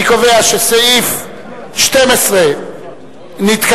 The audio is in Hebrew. אני קובע שסעיף 12 נתקבל,